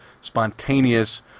spontaneous